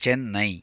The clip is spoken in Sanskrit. चेन्नै